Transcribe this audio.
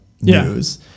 news